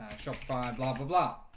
shop fire blah blah blah